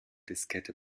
diskette